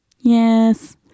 yes